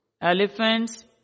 elephants